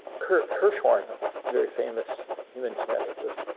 kurt hirschhorn, a very famous human geneticist,